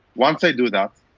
once i do that,